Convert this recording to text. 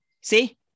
see